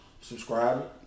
subscribe